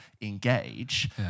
engage